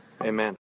amen